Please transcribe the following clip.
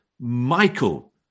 Michael